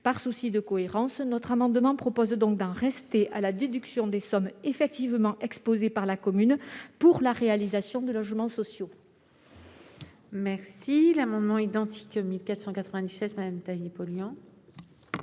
Par souci de cohérence, notre amendement vise à en rester à la déduction des sommes effectivement exposées par la commune pour la réalisation de logements sociaux. La parole est à Mme Sophie Taillé-Polian,